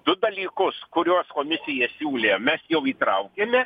du dalykus kuriuos komisija siūlė mes jau įtraukėme